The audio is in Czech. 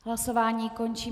Hlasování končím.